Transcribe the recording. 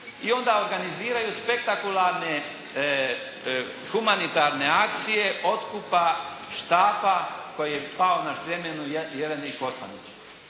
i onda organiziraju spektakularne humanitarne akcije otkupa štapa koji je pao na sljemenu Jeleni Kostanić.